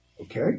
Okay